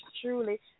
truly